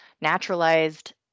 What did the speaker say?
naturalized